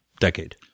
decade